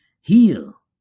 Heal